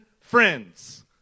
Friends